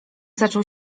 zaczął